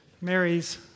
Mary's